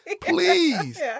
Please